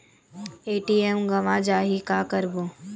ATM गवां जाहि का करबो?